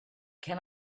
can